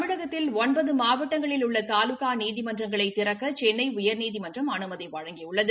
தமிழகத்தில் ஒன்பது மாவட்டங்களில் உள்ள தாலுகா நீதிமன்றங்களை திறக்க சென்னை உயர்நீதிமன்றம் அனுமதி வழங்கியுள்ளது